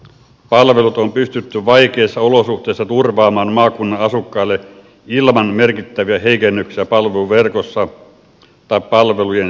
palvelut on pystytty vaikeissa olosuhteissa turvaamaan maakunnan asukkaille ilman merkittäviä heikennyksiä palveluverkossa tai palvelujen sisällössä